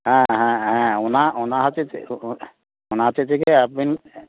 ᱦᱮᱸ ᱦᱮᱸ ᱚᱱᱟ ᱚᱱᱟ ᱦᱚᱛᱮᱫ ᱛᱮᱜᱮ ᱚᱱᱟ ᱦᱚᱛᱮᱫ ᱛᱮᱜᱮ ᱟᱵᱮᱱ